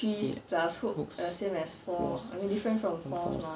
three hooks four four